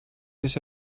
bis